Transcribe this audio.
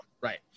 Right